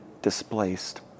displaced